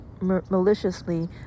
Maliciously